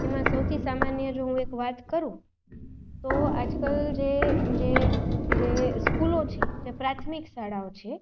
એમાં સૌથી સામાન્ય જો હું એક વાત કરું તો આજકાલ જે જે જે સ્કૂલો છે જે પ્રાથમિક શાળાઓ છે